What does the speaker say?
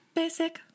Basic